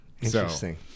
Interesting